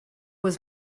was